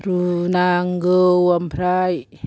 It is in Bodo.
रुनांगौ आमफ्राय